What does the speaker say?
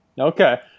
Okay